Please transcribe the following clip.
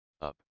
up